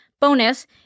Bonus